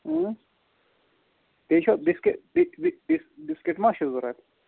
بیٚیہِ چھَو biscuit biscuit ما چھِ ضرروت